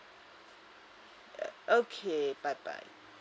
okay bye bye